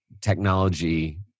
technology